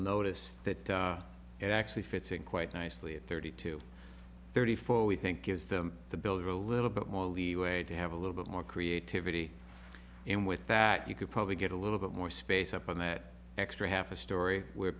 notice that it actually fits in quite nicely at thirty two thirty four we think gives them the builder a little bit more leeway to have a little bit more creativity and with that you could probably get a little bit more space up on that extra half a story where